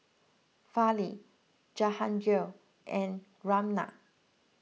Fali Jahangir and Ramnath